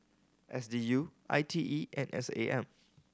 S D U I T E and S A M